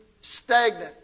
stagnant